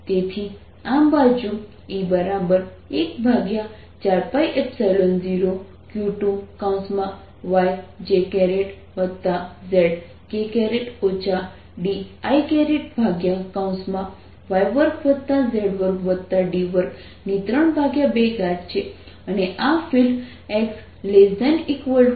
તેથી આ બાજુ E 14π0 q2 yjzk diy2z2d232 છે અને આ ફિલ્ડ x ≤ 0 માટેના રિજન માટે માન્ય છે